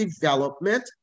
Development